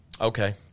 Okay